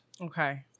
Okay